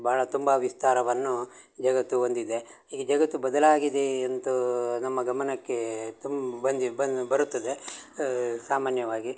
ಭಾಳ ತುಂಬ ವಿಸ್ತಾರವನ್ನು ಜಗತ್ತು ಹೊಂದಿದೆ ಈಗ ಜಗತ್ತು ಬದಲಾಗಿದೆ ಎಂದೂ ನಮ್ಮ ಗಮನಕ್ಕೆ ತುಂಬ ಬಂದು ಬಂದು ಬರುತ್ತದೆ ಸಾಮಾನ್ಯವಾಗಿ